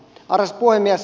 arvoisa puhemies